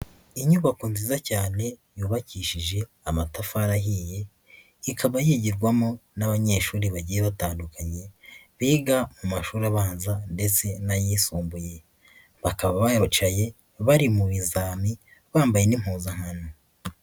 Inyubako nziza cyane yubakishije amatafari ahiye, ikaba yigirwamo n'abanyeshuri bagiye batandukanye biga mu mashuri abanza ndetse n'ayisumbuye, bakaba bahicaye bari mu bizami bambaye n'impuzankano.